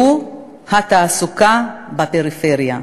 והוא התעסוקה בפריפריה.